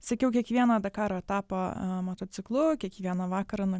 sekiau kiekvieną dakaro etapą motociklu kiekvieną vakarą